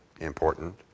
important